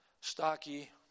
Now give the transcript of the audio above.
stocky